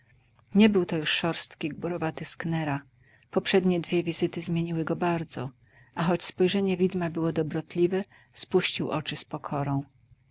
nie był to już szorstki gburowaty sknera poprzednie dwie wizyty zmieniły go bardzo a choć spojrzenie widma było dobrotliwe spuścił oczy